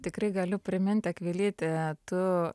tikrai galiu priminti akvilyte tu